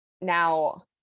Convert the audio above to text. Now